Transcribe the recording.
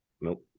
Nope